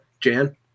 Jan